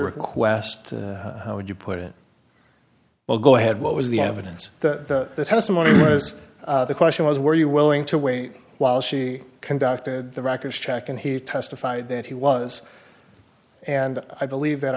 request how would you put it well go ahead what was the evidence that the testimony was the question was where you willing to wait while she conducted the records check and he testified that he was and i believe that